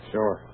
Sure